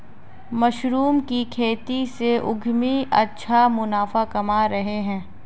mushroom की खेती से उद्यमी अच्छा मुनाफा कमा रहे हैं